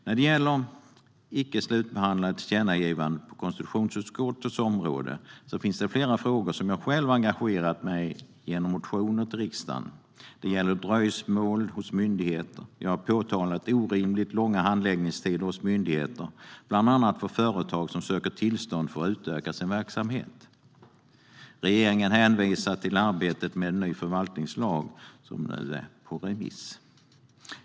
När det gäller icke slutbehandlade tillkännagivanden på konstitutionsutskottets område finns det flera frågor som jag själv har engagerat mig i genom motioner till riksdagen. Det gäller bland annat dröjsmål hos myndigheter. Jag har påtalat orimligt långa handläggningstider hos myndigheter, bland annat för företag som söker tillstånd för att utöka sin verksamhet. Regeringen hänvisar till arbetet med en ny förvaltningslag, som nu är ute på remiss.